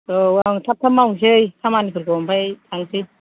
औं आं थाब थाब मावनोसै खामानिफोरखौ ओमफ्राय थांसै